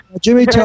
Jimmy